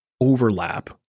overlap